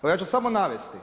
Evo, ja ću samo navesti.